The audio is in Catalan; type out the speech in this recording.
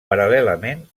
paral·lelament